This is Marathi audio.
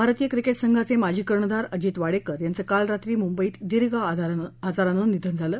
भारतीय क्रिकेट संघाचे माजी कर्णधार अजित वाडेकर यांचं काल रात्री मुंबईत दीर्घ आजारानं निधन झालं